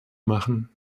machen